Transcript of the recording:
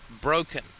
broken